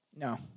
No